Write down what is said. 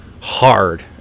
hard